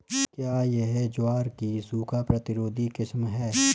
क्या यह ज्वार की सूखा प्रतिरोधी किस्म है?